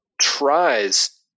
tries